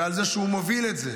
ועל כך שהוא מוביל את זה